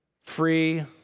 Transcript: Free